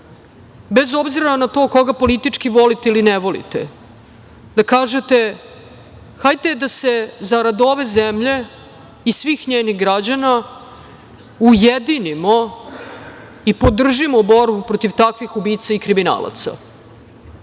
bez obzira na to koga politički volite ili ne volite, da kažete – hajde da se zarad ove zemlje i svih njenih građana ujedinimo i podržimo borbu protiv takvih ubica i kriminalaca,